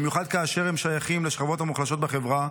במיוחד כאשר הם שייכים לשכבות המוחלשות בחברה.